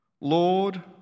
Lord